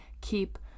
keep